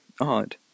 odd